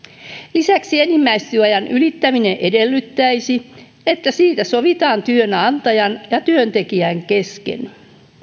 lisäksi enimmäistyöajan ylittäminen edellyttäisi että siitä sovitaan työnantajan ja työntekijän kesken